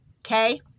okay